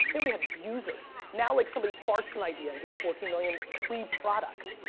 they already had users. now, like somebody farts an idea and gets fourteen million pre-product.